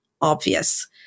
obvious